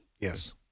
Yes